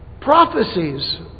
Prophecies